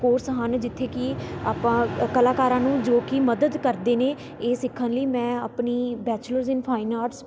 course ਹਨ ਜਿੱਥੇ ਕਿ ਆਪਾਂ ਕਲਾਕਾਰਾਂ ਨੂੰ ਜੋ ਕਿ ਮਦਦ ਕਰਦੇ ਨੇ ਇਹ ਸਿੱਖਣ ਲਈ ਮੈਂ ਆਪਣੀ ਬੈਚਲਰਸ ਇਨ ਫਾਈਨ ਆਰਟਸ